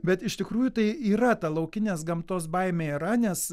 bet iš tikrųjų tai yra ta laukinės gamtos baimė yra nes